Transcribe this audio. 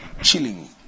chilling